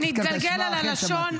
נתגלגל על הלשון.